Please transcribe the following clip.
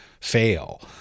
fail